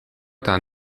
eta